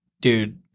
dude